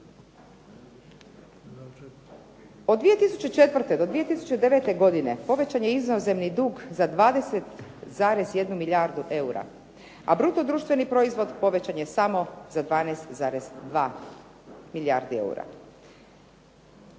Od 2004. do 2009. godine povećan je inozemni dug za 20,1 milijardu eura, a bruto društveni proizvod povećan je samo za 12,2 milijardi eura.